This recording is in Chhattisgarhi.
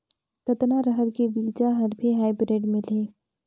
कतना रहर के बीजा हर भी हाईब्रिड मिलही?